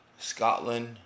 Scotland